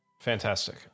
Fantastic